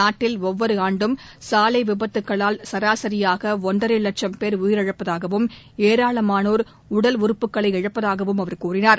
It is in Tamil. நாட்டில் ஒவ்வொரு ஆண்டும் சாலை விபத்துகளால் சராசரியாக ஒன்றரை வட்சம் பேர் உயிரிழப்பதாகவும் ஏராளமானோர் உடல் உறுப்புகளை இழப்பதாகவும் அவர் கூறினார்